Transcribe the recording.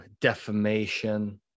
defamation